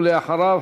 ואחריו,